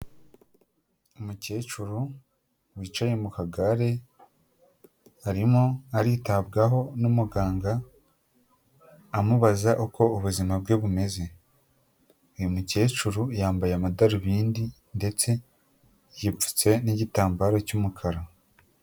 Umukecuru wicaye mu kagare arimo aritabwaho n'umuganga amubaza uko ubuzima bwe bumeze, uyu mukecuru yambaye amadarubindi ndetse yipfutse n'igitambaro cy'umukara.